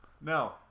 No